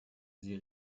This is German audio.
sie